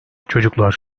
çocuklar